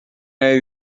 ari